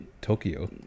Tokyo